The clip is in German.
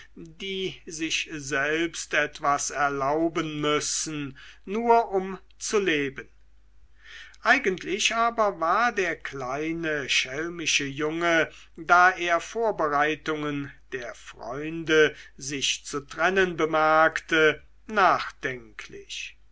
die sich selbst etwas erlauben müssen nur um zu leben eigentlich aber war der kleine schelmische junge da er vorbereitungen der freunde sich zu trennen bemerkte nachdenklich